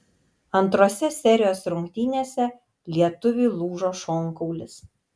antrose serijos rungtynėse lietuviui lūžo šonkaulis